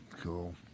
Cool